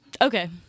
Okay